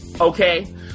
Okay